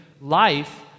life